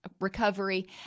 recovery